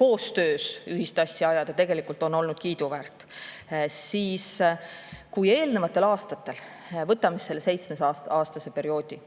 koostöös ühist asja ajada, on tegelikult olnud kiiduväärt. Eelnevatel aastatel, võtame selle seitsmeaastase perioodi,